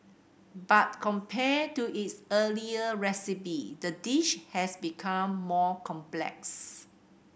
but compared to its earlier recipe the dish has become more complex